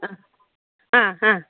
അ ആ ആ